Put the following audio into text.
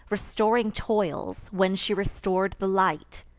restoring toils, when she restor'd the light.